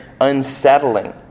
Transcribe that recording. unsettling